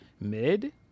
mid